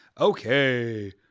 Okay